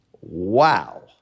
Wow